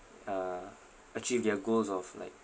uh achieve their goals of like